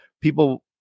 people